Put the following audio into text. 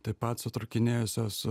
taip pat sutrūkinėjusios